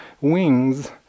wings